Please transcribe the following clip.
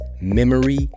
memory